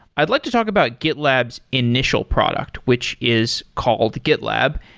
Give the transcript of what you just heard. i'd like to talk about gitlab's initial product, which is called gitlab.